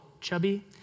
chubby